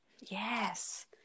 Yes